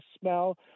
smell